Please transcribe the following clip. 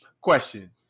question